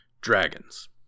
dragons